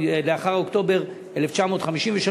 לאחר אוקטובר 1953,